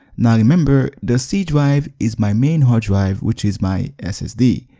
now, remember, the c drive is my main hard drive, which is my ssd.